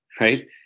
right